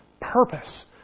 purpose